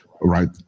right